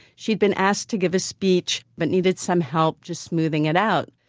she'd been asked to give a speech but needed some help just smoothing it out.